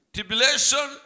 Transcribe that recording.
Tribulation